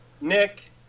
Nick